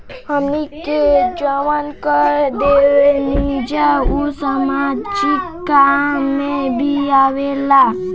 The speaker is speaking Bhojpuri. हमनी के जवन कर देवेनिजा उ सामाजिक काम में भी आवेला